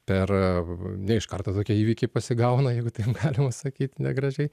per ne iš karto tokie įvykiai pasigauna jeigu taip galima sakyt negražiai